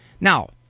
Now